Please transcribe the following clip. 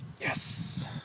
Yes